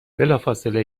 بلافاصله